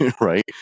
right